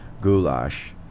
goulash